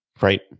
Right